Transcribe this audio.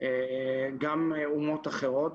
גם אומות אחרות,